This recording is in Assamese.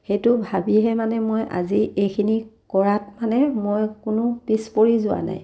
সেইটো ভাবিহে মানে মই আজি এইখিনি কৰাত মানে মই কোনো পিছ পৰি যোৱা নাই